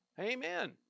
Amen